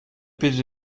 bitten